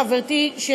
חברתי,